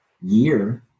year